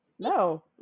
No